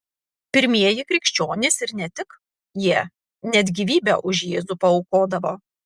pirmieji krikščionys ir ne tik jie net gyvybę už jėzų paaukodavo